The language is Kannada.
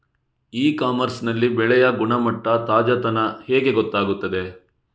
ಇ ಕಾಮರ್ಸ್ ನಲ್ಲಿ ಬೆಳೆಯ ಗುಣಮಟ್ಟ, ತಾಜಾತನ ಹೇಗೆ ಗೊತ್ತಾಗುತ್ತದೆ?